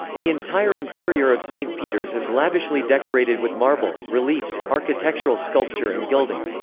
the entire interior of st. peter's is lavishly decorated with marble, reliefs, architectural sculpture and gilding.